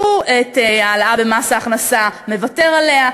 את ההעלאה במס הכנסה, הוא מוותר עליה.